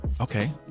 okay